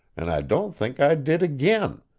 and i don't think i did again,